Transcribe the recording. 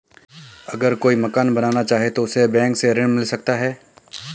अगर कोई मकान बनाना चाहे तो उसे बैंक से ऋण मिल सकता है?